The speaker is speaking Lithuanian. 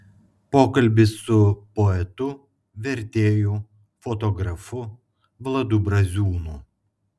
pokalbis su poetu vertėju fotografu vladu braziūnu